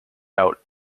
out